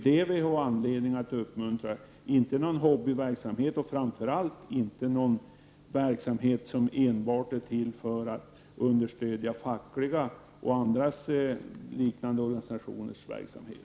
Detta har vi anledning att uppmuntra och inte någon hobbyverksamhet, framför allt inte någon verksamhet som enbart är till för att understödja fackliga och andra liknande organisationers verksamhet.